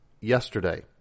yesterday